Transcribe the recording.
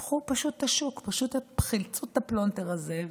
פשוט פתחו את השוק, פשוט חילצו את הפלונטר הזה,